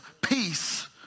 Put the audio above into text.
peace